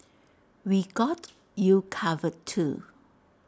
we got you covered too